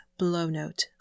Blownote